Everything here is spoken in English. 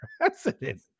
president